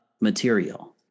material